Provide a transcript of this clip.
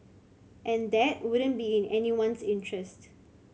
and that wouldn't be in anyone's interest